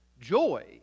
joy